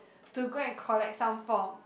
to go and collect some form